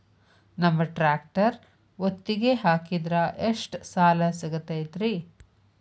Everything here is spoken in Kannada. ನಮ್ಮ ಟ್ರ್ಯಾಕ್ಟರ್ ಒತ್ತಿಗೆ ಹಾಕಿದ್ರ ಎಷ್ಟ ಸಾಲ ಸಿಗತೈತ್ರಿ?